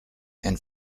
and